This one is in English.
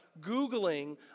Googling